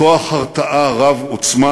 כוח הרתעה רב-עוצמה,